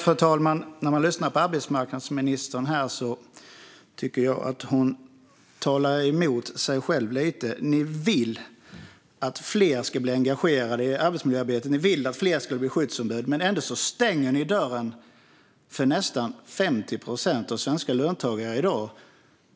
Fru talman! När jag lyssnar på arbetsmarknadsministern tycker jag att hon talar emot sig själv lite. Ni vill att fler ska bli engagerade i arbetsmiljöarbetet. Ni vill att fler ska bli skyddsombud. Men ändå stänger ni dörren för nästan 50 procent av svenska löntagare,